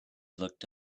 looked